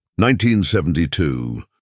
1972